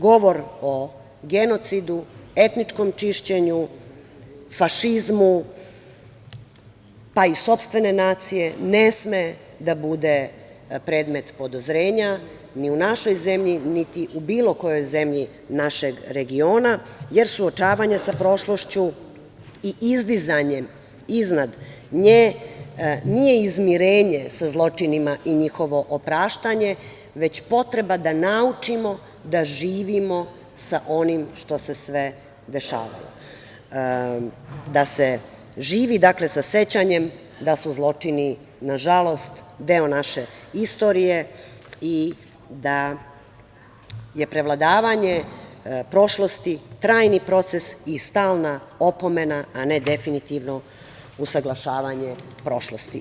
Govor o genocidu, etničkom čišćenju, fašizmu, pa i sopstvene nacije ne sme da bude predmet podozrenja ni u našoj zemlji, niti u bilo kojoj zemlji našeg regiona, jer suočavanja sa prošlošću i izdizanjem iznad nje nije izmirenje sa zločinima i njihovo opraštanje, već potreba da naučimo da živimo sa onim što se sve dešavalo, da se živi sa sećanjem da su zločini na žalost deo naše istorije i da je prevladavanje prošlosti trajni proces i stalna opomena, a ne definitivno usaglašavanje prošlosti.